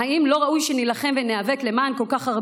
האם לא ראוי שנילחם וניאבק למען כל כך הרבה